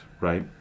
right